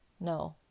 No